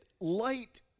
light